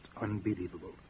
unbelievable